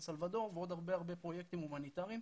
סלוודור ועוד הרבה פרויקטים הומניטריים,